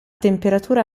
temperatura